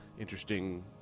interesting